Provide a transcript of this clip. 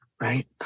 right